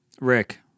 Rick